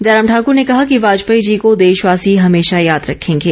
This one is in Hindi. जयराम ठाकुर ने कहा कि वाजपेयी जी को देशवार्सी हमेशा याद रखेंगे